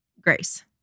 Grace